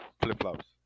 Flip-flops